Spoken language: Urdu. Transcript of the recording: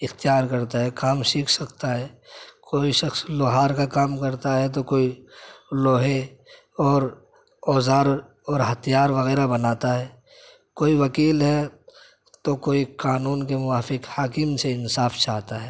اختیار کرتا ہے کام سیکھ سکتا ہے کوئی شخص لوہار کا کام کرتا ہے تو کوئی لوہے اور اوزار اور ہتھیار وغیرہ بناتا ہے کوئی وکیل ہے تو کوئی قانون کے موافق حاکم سے انصاف چاہتا ہے